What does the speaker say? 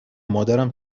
مادرم